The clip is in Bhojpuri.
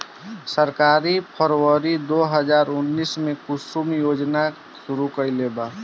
सरकार फ़रवरी दो हज़ार उन्नीस में कुसुम योजना शुरू कईलेबा